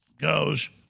goes